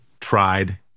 tried